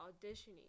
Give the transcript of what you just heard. auditioning